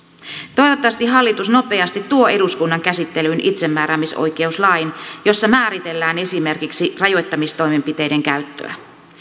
toivottavasti hallitus nopeasti tuo eduskunnan käsittelyyn itsemääräämisoikeuslain jossa määritellään esimerkiksi rajoittamistoimenpiteiden käyttöä